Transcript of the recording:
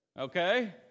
Okay